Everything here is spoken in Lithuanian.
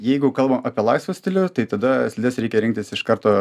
jeigu kalbam apie laisvą stilių tai tada slides reikia rinktis iš karto